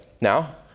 Now